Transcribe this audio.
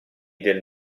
del